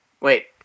Wait